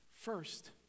First